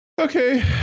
Okay